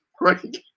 right